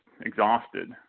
exhausted